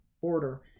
order